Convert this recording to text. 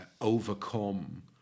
overcome